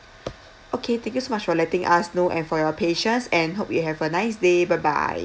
okay thank you so much for letting us know and for your patience and hope you have a nice day bye bye